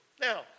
Now